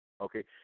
Okay